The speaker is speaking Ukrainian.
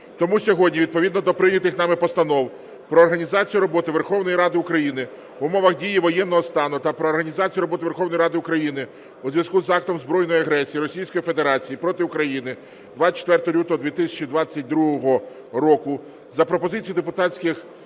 Тому сьогодні відповідно до прийнятих нами постанов: про організацію роботи Верховної Ради України в умовах дії воєнного стану та "Про організацію роботи Верховної Ради України у зв'язку з актом збройної агресії Російської Федерації проти України 24 лютого 2022 року" за пропозицією Погоджувальної ради